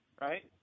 Right